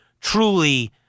truly